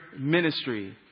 ministry